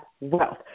wealth